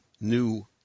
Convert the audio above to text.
new